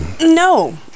No